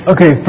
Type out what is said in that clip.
Okay